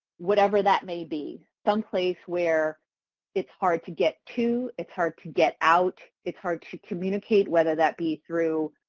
whatever that may be, some place where it's hard to get to, it's hard to get out, it's hard to communicate whether that be through